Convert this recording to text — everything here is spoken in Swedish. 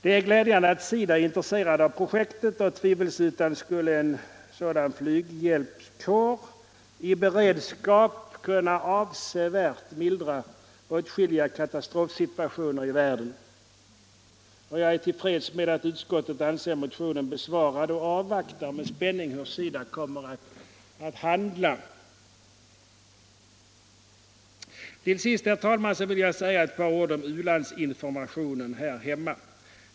Det är glädjande att SIDA är intresserat av projektet, och tvivelsutan skulle en sådan flyghjälpskår i beredskap kunna avsevärt mildra åtskilliga katastrofsituationer i världen. Jag är till freds med att utskottet anser motionen besvarad och avvaktar med spänning hur SIDA kommer att handla. Till sist, herr talman, vill jag säga ett par ord om u-landsinformationen här hemma.